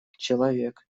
человек